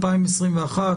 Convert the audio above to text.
2021,